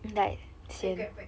take grab back